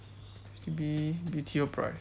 B B_T_O price